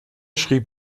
schrieb